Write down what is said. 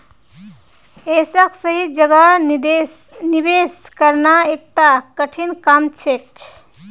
ऐसाक सही जगह निवेश करना एकता कठिन काम छेक